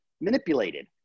manipulated